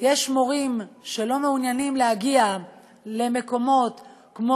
יש מורים שלא מעוניינים להגיע למקומות כמו